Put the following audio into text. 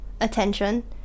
Attention